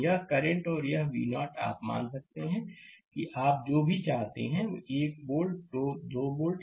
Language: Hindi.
यह करंट और यह V0 आप मान सकते हैं कि आप जो भी चाहते हैं 1 वोल्ट 2 वोल्ट